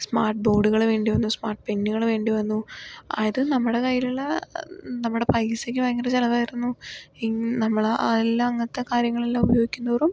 smart ബോഡുകൾ വേണ്ടി വന്നു സ്മാർട്ട് പെന്നുകൾ വേണ്ടി വന്നു അതായത് നമ്മുടെ കൈയ്യിലുള്ള നമ്മുടെ പൈസക്ക് ഭയങ്കര ചിലവായിരുന്നു എൻ നമ്മൾ അതെല്ലാം അങ്ങനത്തെ കാര്യങ്ങളെല്ലാം ഉപയോഗിക്കുന്തോറും